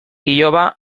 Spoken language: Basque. iloba